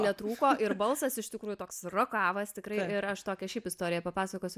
netrūko ir balsas iš tikrųjų toks rokavas tikrai ir aš tokią šiaip istoriją papasakosiu